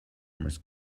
must